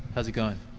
how is it going?